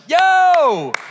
yo